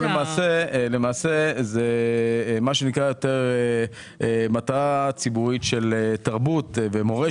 למעשה, זה מה שנקרא מטרה ציבורית של תרבות ומורשת.